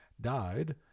died